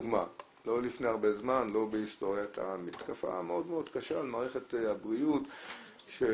לא לפני הרבה זמן היתה מתקפה מאוד מאוד קשה על מערכת הבריאות והתוצאות